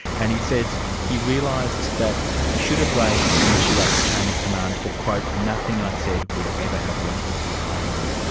and he said he realised that he should've raised the issue up the chain of command, but, nothing i said would ever have left the island.